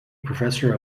professor